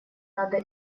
надо